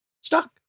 stuck